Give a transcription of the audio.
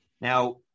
Now